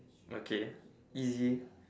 okay easy